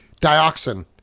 dioxin